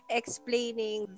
explaining